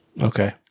Okay